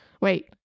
wait